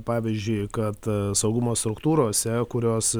pavyzdžiui kad saugumo struktūrose kurios